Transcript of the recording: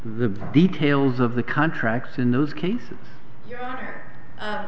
the details of the contracts in those cases